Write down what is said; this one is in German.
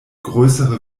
größere